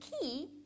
key